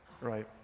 right